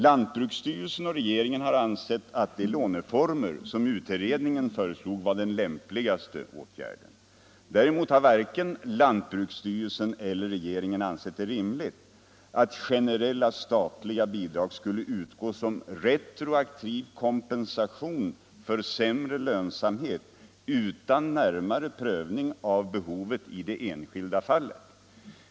Lantbruksstyrelsen och regeringen har ansett att de låneformer som utredningen föreslog var den lämpligaste åtgärden. Däremot har varken lantbruksstyrelsen eller regeringen ansett det rimligt att generella statliga bidrag skulle utgå som retroaktiv kompensation för sämre lönsamhet utan närmare prövning av behovet i det enskilda fallet.